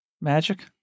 magic